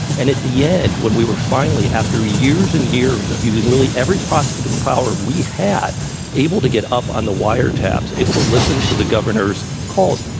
and at the end, when we were finally, after years and years of using literally every prosecutorial power we had able to get up on the wiretaps, able to listen to the governor's calls,